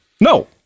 No